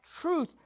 truth